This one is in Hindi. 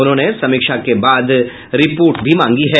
उन्होंने समीक्षा के बाद रिपोर्ट भी मांगी है